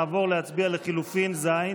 נעבור להצביע על הסתייגות לחלופין ו'.